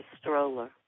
stroller